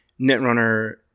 Netrunner